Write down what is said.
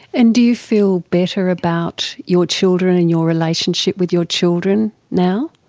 and do you feel better about your children and your relationship with your children now?